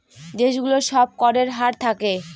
দেশ গুলোর সব করের হার থাকে